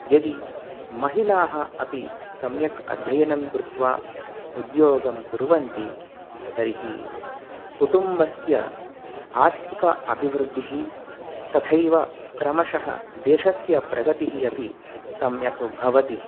यदि महिलाः अपि सम्यक् अध्ययनं कृत्वा उद्योगं कुर्वन्ति तर्हि कुटुम्बस्य आर्थिक अभिवृद्धिः तथैव क्रमशः देशस्य प्रगतिः अपि सम्यक् भवति